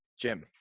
Jim